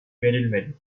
verilmedi